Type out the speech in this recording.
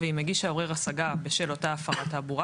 ואם הגיש העורר השגה בשל אותה הפרת התעבורה